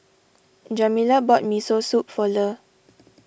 Jamila bought Miso Soup for Le